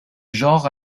genre